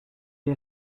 est